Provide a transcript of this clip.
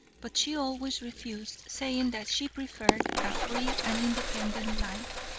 but she always refused, saying that she preferred a free and independent life.